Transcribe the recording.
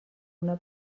una